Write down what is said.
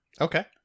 Okay